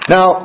Now